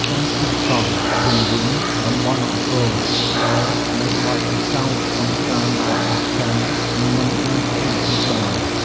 ការជិះកង់ជុំវិញតំបន់អង្គរ ផ្តល់នូវបទពិសោធន៍កម្សាន្តដ៏អស្ចារ្យមិនអាចបំភ្លេចបាន។